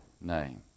name